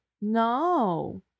No